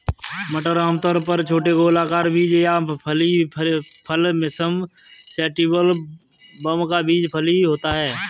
मटर आमतौर पर छोटे गोलाकार बीज या फली फल पिसम सैटिवम का बीज फली होता है